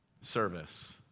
Service